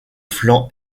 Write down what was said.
flanc